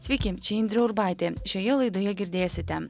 sveiki čia indrė urbaitė šioje laidoje girdėsite